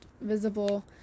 visible